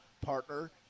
partner